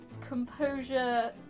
composure